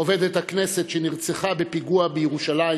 עובדת הכנסת שנרצחה בפיגוע בירושלים